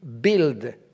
build